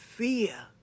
Fear